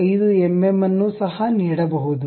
5 MM ಅನ್ನು ಸಹ ನೀಡಬಹುದು